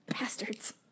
Bastards